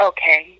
Okay